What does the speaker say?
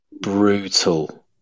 brutal